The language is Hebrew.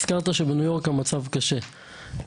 הזכרת שבניו יורק המצב קשה,